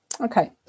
Okay